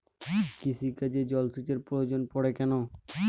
কৃষিকাজে জলসেচের প্রয়োজন পড়ে কেন?